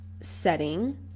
setting